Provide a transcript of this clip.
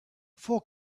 four